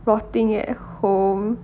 rotting at home